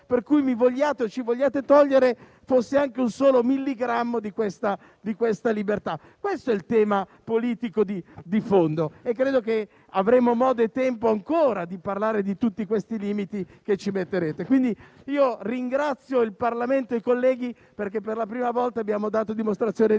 per cui mi vogliate o ci vogliate togliere anche un solo milligrammo di tale libertà. Questo è il tema politico di fondo e credo che avremo ancora modo e tempo di parlare di tutti i limiti che ci imporrete. Ringrazio quindi il Parlamento e i colleghi, perché per la prima volta abbiamo dato dimostrazione di